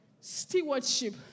Stewardship